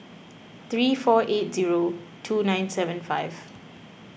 three four eight zero two nine seven five